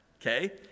okay